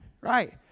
Right